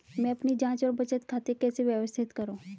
मैं अपनी जांच और बचत खाते कैसे व्यवस्थित करूँ?